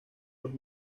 los